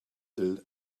ill